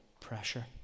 pressure